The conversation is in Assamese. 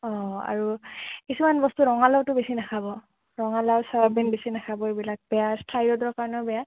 অঁ আৰু কিছুমান বস্তু ৰঙালাওটো বেছি নাখাব ৰঙালাও চয়াবিন বেছি নাখাব এইবিলাক বেয়া থাইৰডৰ কাৰণেও বেয়া